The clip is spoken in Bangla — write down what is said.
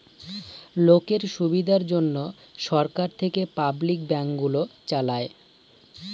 লোকের সুবিধার জন্যে সরকার থেকে পাবলিক ব্যাঙ্ক গুলো চালায়